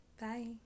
Bye